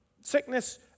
sickness